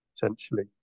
potentially